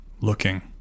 looking